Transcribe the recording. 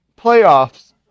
playoffs